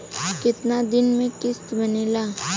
कितना दिन किस्त बनेला?